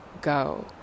go